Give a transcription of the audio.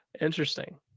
Interesting